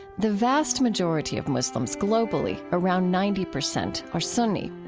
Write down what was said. the vast majority of muslims globally, around ninety percent, are sunni.